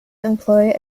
employ